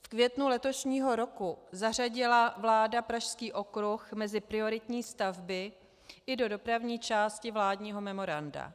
V květnu letošního roku zařadila vláda Pražský okruh mezi prioritní stavby i do dopravní části vládního memoranda.